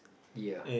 ya